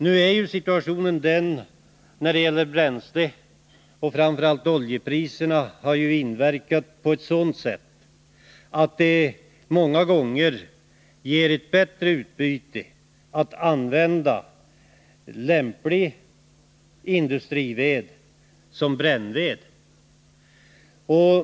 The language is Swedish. Nu är bränslesituationen sådan — framför allt på grund av oljeprisernas inverkan — att det många gånger ger ett bättre utbyte att använda lämplig industrived som brännved.